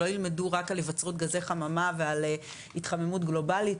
לא ילמדו רק על היווצרות גזי חממה ועל התחממות גלובלית,